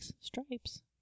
stripes